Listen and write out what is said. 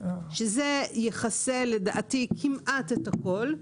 שזה יכסה לדעתי כמעט את הכול,